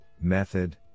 method